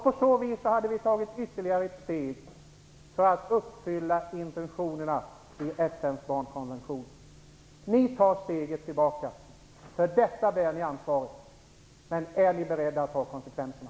På så vis hade vi tagit ytterligare ett steg mot att uppfylla intentionerna i FN:s barnkonvention. Ni tar steget tillbaka. För detta bär ni ansvaret, men är ni beredda att ta konsekvenserna?